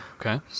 Okay